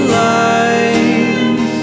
lies